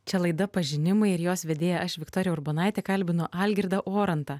čia laida pažinimai ir jos vedėja aš viktorija urbonaitė kalbinu algirdą orantą